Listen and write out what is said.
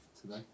today